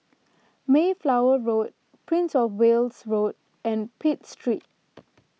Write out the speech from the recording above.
Mayflower Road Prince of Wales Road and Pitt Street